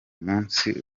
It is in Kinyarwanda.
munsi